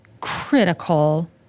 critical